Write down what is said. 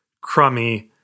crummy